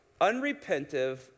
unrepentive